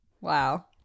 Wow